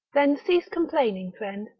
then cease complaining, friend,